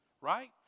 right